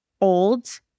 Old